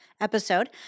episode